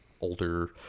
older